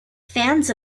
fans